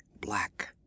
black